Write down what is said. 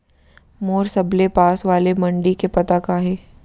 मोर सबले पास वाले मण्डी के पता का हे?